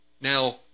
Now